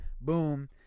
boom